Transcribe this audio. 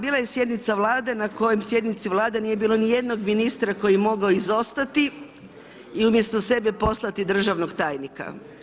Bila je sjednica Vlade na kojoj sjednici Vlade nije bilo nijednog ministra koji je mogao izostati i umjesto sebe poslati državnog tajnika.